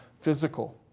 physical